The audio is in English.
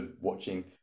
watching